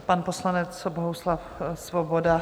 Pan poslanec Bohuslav Svoboda.